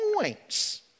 points